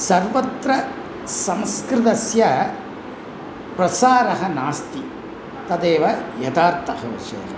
सर्वत्र संस्कृतस्य प्रसारः नास्ति तदेव यथार्थः विषयः